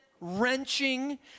wrenching